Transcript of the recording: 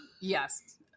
Yes